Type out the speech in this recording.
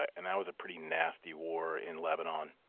and that was a pretty nasty war in lebanon,